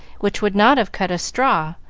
which would not have cut a straw,